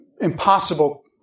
impossible